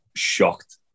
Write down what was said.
shocked